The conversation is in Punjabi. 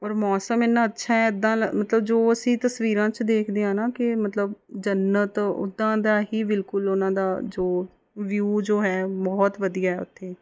ਔਰ ਮੌਸਮ ਇੰਨਾ ਅੱਛਾ ਹੈ ਇੱਦਾਂ ਮਤਲਬ ਜੋ ਅਸੀਂ ਤਸਵੀਰਾਂ 'ਚ ਦੇਖਦੇ ਹਾਂ ਨਾ ਕਿ ਮਤਲਬ ਜੰਨਤ ਉਦਾਂ ਦਾ ਹੀ ਬਿਲਕੁਲ ਉਹਨਾਂ ਦਾ ਜੋ ਵਿਊ ਜੋ ਹੈ ਬਹੁਤ ਵਧੀਆ ਹੈ ਉੱਥੇ